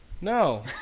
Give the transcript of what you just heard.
No